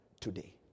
today